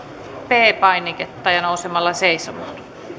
p painiketta ja nousemalla seisomaan